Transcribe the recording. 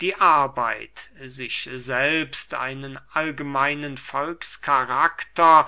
die arbeit sich selbst einen allgemeinen